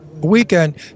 Weekend